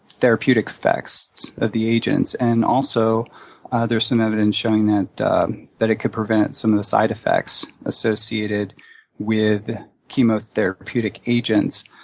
therapeutic effects of the agents. and also there's some evidence showing that that it could prevent some of the side effects associated with chemotherapeutic agents,